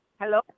Hello